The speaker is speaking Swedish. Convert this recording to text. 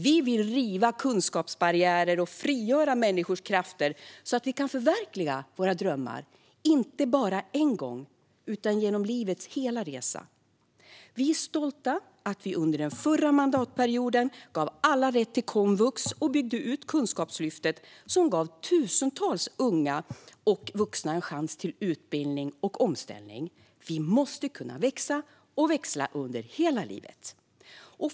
Vi vill riva kunskapsbarriärer och frigöra människors krafter så att de kan förverkliga sina drömmar, inte bara en gång utan genom livets hela resa. Vi är stolta över att vi under den förra mandatperioden gav alla rätt till komvux och byggde ut Kunskapslyftet, som gav tusentals unga och vuxna en chans till utbildning och omställning. Vi måste kunna växa och växla under hela livet.